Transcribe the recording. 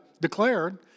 declared